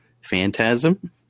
Phantasm